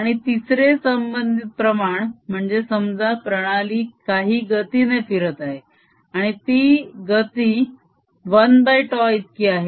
आणि तिसरे संबधित प्रमाण म्हणजे समजा प्रणाली काही गतीने फिरत आहे आणि ती गती 1τ इतकी आहे